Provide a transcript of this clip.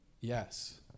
Yes